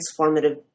transformative